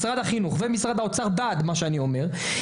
משרד החינוך ומשרד האוצר בעד מה שאני אומר,